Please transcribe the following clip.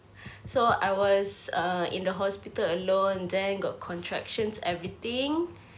so I was err in the hospital alone then got contractions everything